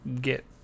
get